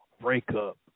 breakup